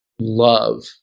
love